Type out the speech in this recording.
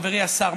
חברי השר,